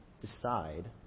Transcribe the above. decide